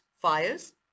fires